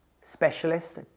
specialist